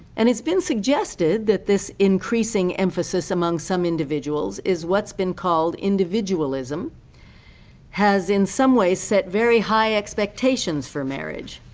and it's been suggested that this increasing emphasis among some individuals in what's been called individualism has in some ways set very high expectations for marriage